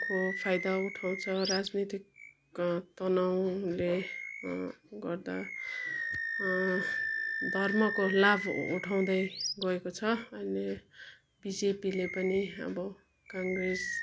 को फाइदा उठाउँछ राजनीति तनाउले गर्दा धर्मको लाभ उठाउँदै गएको छ अहिले बिजेपीले पनि अब काङ्ग्रेस